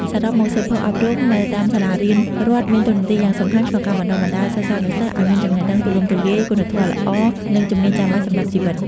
សរុបមក សៀវភៅអប់រំនៅតាមសាលារៀនរដ្ឋមានតួនាទីយ៉ាងសំខាន់ក្នុងការបណ្តុះបណ្តាលសិស្សានុសិស្សឱ្យមានចំណេះដឹងទូលំទូលាយ គុណធម៌ល្អ និងជំនាញចាំបាច់សម្រាប់ជីវិត។